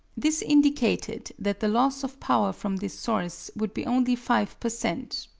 this indicated that the loss of power from this source would be only five per cent,